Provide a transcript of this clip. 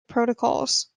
protocols